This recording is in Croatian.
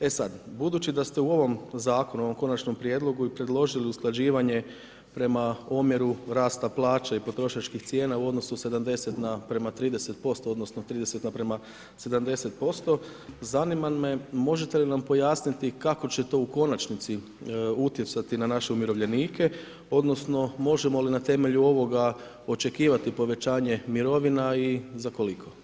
E sad, budući da ste u ovom zakonu, u ovom konačnom prijedlogu i predložili istraživanje prema omjeru rasta plaća i potrošačkih cijena u odnosu 70 na 30% odnosno, 30 naprema 70% zanima me možete li nam pojasniti kako će to u konačnici utjecati na naše umirovljenike, odnosno, možemo li na temelju ovoga očekivati povećanje mirovina i za koliko?